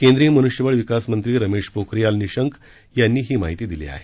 केंद्रीय मन्ष्यबळ विकास मंत्री रमेश पोखरियाल निशंक यांनी ही माहिती दिली आहे